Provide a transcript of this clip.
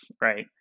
right